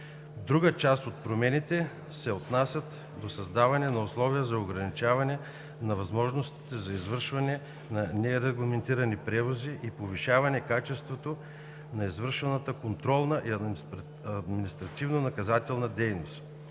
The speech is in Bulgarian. Друга част от промените се отнасят до създаване на условия за ограничаване на възможностите за извършване на нерегламентирани превози и повишаване качеството на извършваната контролна и административнонаказателна дейност.